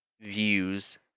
views